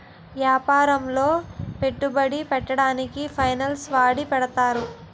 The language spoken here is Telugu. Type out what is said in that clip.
యాపారములో పెట్టుబడి పెట్టడానికి ఫైనాన్స్ వాడి పెడతారు